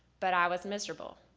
but i was miserable.